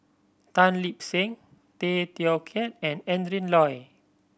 Tan Lip Seng Tay Teow Kiat and Adrin Loi